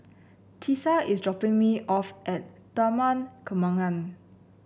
Tisa is dropping me off at Taman Kembangan